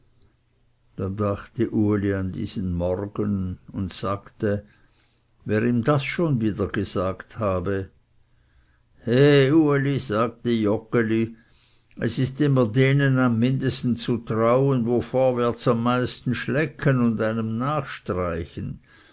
da dachte uli an diesen morgen und sagte wer ihm das schon wieder gesagt habe he uli sagte joggeli es ist denen immer am mindesten zu trauen wo vorwärts am meisten schlecken und einem nachstreichen